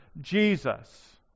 Jesus